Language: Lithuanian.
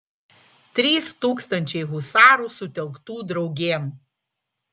trys tūkstančiai husarų sutelktų draugėn